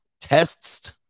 tests